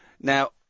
Now